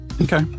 okay